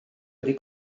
wedi